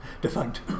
defunct